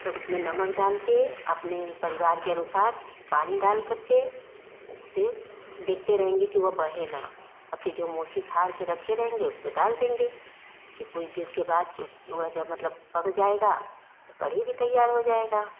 तब उसमें नमक डाल कर अपने परिवार के अनुसार पानी डालकर के उसे देखते रहेंगे कि वह बहे ना आ फिर जो मोची झाड़ के रखे रहेंगे उसको डाल देंगे फिर कुछ देर के बाद चु वह जब मतलब पक जाएगा तो कढ़ी भी तैयार हो जाएगा